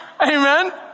Amen